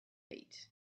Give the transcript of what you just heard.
eat